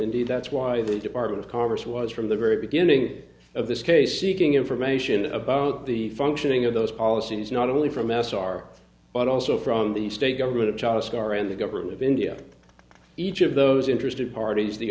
indeed that's why the department of commerce was from the very beginning of this case seeking information about the functioning of those policies not only from sri but also from the state government of china scar and the government of india each of those interested parties the